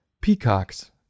peacocks